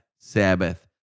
Sabbath